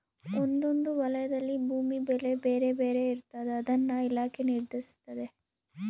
ಒಂದೊಂದು ವಲಯದಲ್ಲಿ ಭೂಮಿ ಬೆಲೆ ಬೇರೆ ಬೇರೆ ಇರ್ತಾದ ಅದನ್ನ ಇಲಾಖೆ ನಿರ್ಧರಿಸ್ತತೆ